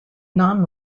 non